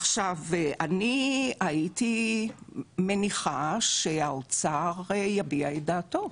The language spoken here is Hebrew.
עכשיו, אני הייתי מניחה שהאוצר יביע את דעתו,